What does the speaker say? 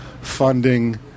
funding